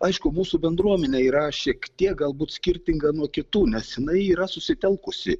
aišku mūsų bendruomenė yra šiek tiek galbūt skirtinga nuo kitų nes jinai yra susitelkusi